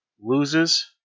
loses